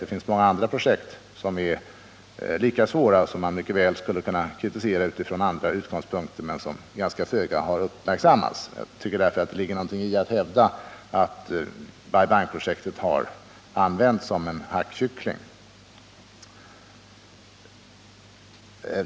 Det finns många andra projekt som är lika svåra och som man mycket väl skulle kunna kritisera men som föga har uppmärksammats. Jag tycker därför att det ligger en del i påståendet att Bai Bang-projektet blivit en hackkyckling.